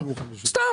לא,